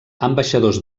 ambaixadors